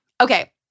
Okay